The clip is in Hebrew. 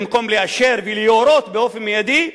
במקום לאשר ולהורות באופן מיידי,